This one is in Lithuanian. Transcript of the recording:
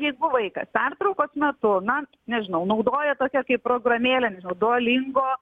jeigu vaikas pertraukos metu na nežinau naudoja tokią kaip programėlę nežinau dua lingo